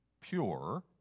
pure